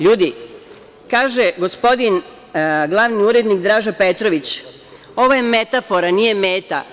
Ljudi, kaže gospodin glavni urednik Draža Petrović – ovo je metafora, nije meta.